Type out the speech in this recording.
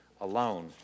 alone